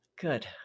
Good